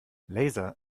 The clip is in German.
laser